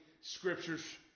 scriptures